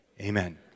Amen